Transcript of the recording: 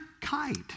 kite